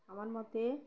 আমার মতে